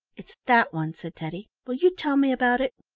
it's that one, said teddy. will you tell me about it?